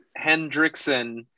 Hendrickson